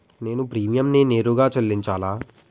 నేను ప్రీమియంని నేరుగా చెల్లించాలా?